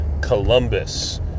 Columbus